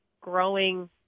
growing